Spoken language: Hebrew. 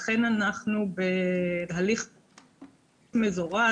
לכן אנחנו בהליך מזורז,